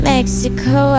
Mexico